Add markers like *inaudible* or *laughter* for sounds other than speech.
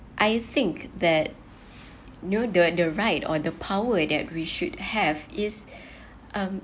I think that know the the right or the power that we should have is *breath* um